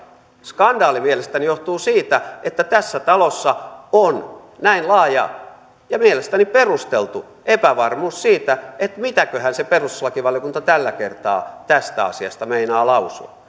skandaali mielestäni johtuu siitä että tässä talossa on näin laaja ja mielestäni perusteltu epävarmuus siitä että mitäköhän se perustuslakivaliokunta tällä kertaa tästä asiasta meinaa lausua